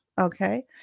Okay